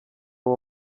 uwo